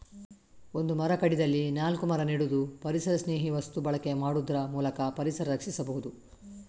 ಒಂದು ಮರ ಕಡಿದಲ್ಲಿ ನಾಲ್ಕು ಮರ ನೆಡುದು, ಪರಿಸರಸ್ನೇಹಿ ವಸ್ತು ಬಳಕೆ ಮಾಡುದ್ರ ಮೂಲಕ ಪರಿಸರ ರಕ್ಷಿಸಬಹುದು